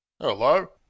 Hello